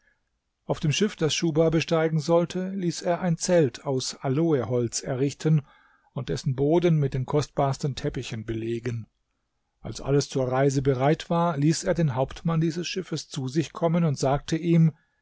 auf dem schiff das schuhba besteigen sollte ließ er ein zelt aus aloeholz errichten und dessen boden mit den kostbarsten teppichen belegen als alles zur reise bereit war ließ er den hauptmann dieses schiffes zu sich kommen und sagte ihm